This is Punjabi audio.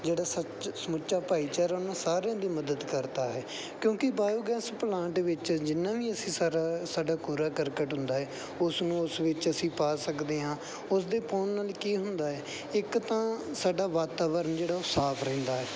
ਜਿਹੜਾ ਸੱਚ ਸਮੁੱਚਾ ਭਾਈਚਾਰਾ ਨਾ ਸਾਰਿਆਂ ਦੀ ਮਦਦ ਕਰਦਾ ਹੈ ਕਿਉਂਕਿ ਬਾਇਓਗੈਸ ਪਲਾਂਟ ਵਿੱਚ ਜਿੰਨਾ ਵੀ ਅਸੀਂ ਸਾਰਾ ਸਾਡਾ ਕੂੜਾ ਕਰਕਟ ਹੁੰਦਾ ਹੈ ਉਸ ਨੂੰ ਉਸ ਵਿੱਚ ਅਸੀਂ ਪਾ ਸਕਦੇ ਹਾਂ ਉਸਦੇ ਪਾਉਣ ਨਾਲ ਕੀ ਹੁੰਦਾ ਹੈ ਇੱਕ ਤਾਂ ਸਾਡਾ ਵਾਤਾਵਰਨ ਜਿਹੜਾ ਉਹ ਸਾਫ਼ ਰਹਿੰਦਾ ਹੈ